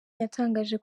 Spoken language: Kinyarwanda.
yatangaje